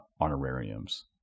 honorariums